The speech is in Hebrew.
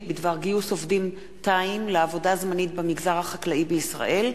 בדבר גיוס עובדים תאים לעבודה זמנית במגזר החקלאי בישראל,